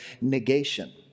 negation